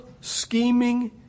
scheming